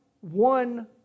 one